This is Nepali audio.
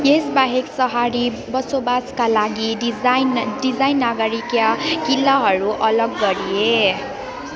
यसबाहेक सहरी बसोबासका लागि डिजाइन डिजाइन अगाडिका किल्लाहरू अलग गरिए